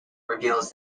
reveals